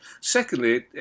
Secondly